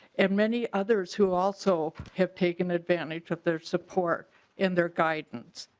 and many others who also have taken advantage of their support and their guidance.